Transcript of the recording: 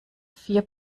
vier